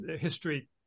history